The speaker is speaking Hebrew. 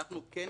אני אסביר.